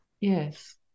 Yes